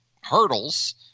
hurdles